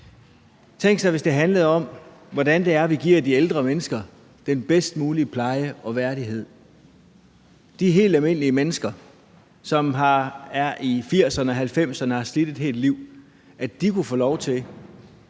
Tænk, hvis det handlede om, hvordan det er, vi giver de ældre mennesker den bedst mulige pleje og værdighed, de helt almindelige mennesker, som er i 80'erne og 90'erne og har slidt et helt liv, altså at de kunne få lov til